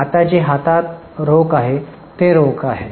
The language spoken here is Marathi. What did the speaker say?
आता जे हातात रोख आहे ते रोख आहे